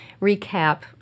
recap